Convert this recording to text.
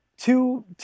Two